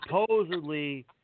supposedly